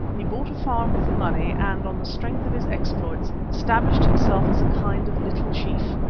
he bought a farm with the money, and on the strength of his exploits, established himself as a kind of little chief.